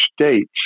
states